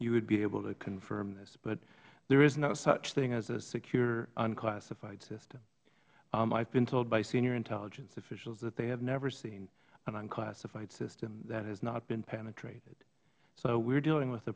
you would be able to confirm this but there is no such thing as a secure unclassified system i have been told by senior intelligence officials that they have never seen an unclassified system that has not been penetrated we are dealing with